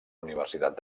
universitat